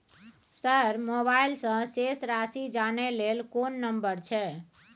Sir mobile से शेस राशि जानय ल कोन नंबर छै?